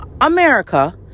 america